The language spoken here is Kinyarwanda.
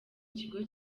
kigo